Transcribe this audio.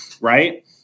Right